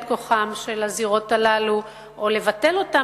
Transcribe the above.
את כוחן של הזירות הללו או לבטל אותן,